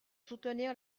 soutenir